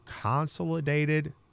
Consolidated